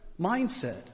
mindset